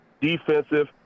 defensive